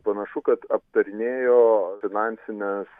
panašu kad aptarinėjo finansines